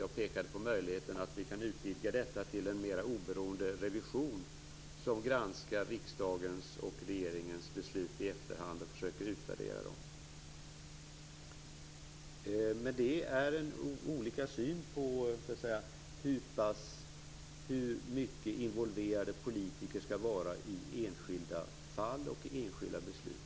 Jag pekade på möjligheterna att utvidga detta till en mer oberoende revision som granskar riksdagens och regeringens beslut i efterhand och försöker utvärdera dem. Det är fråga om olika uppfattning om hur involverade politiker skall vara i enskilda fall och enskilda beslut.